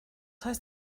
heißt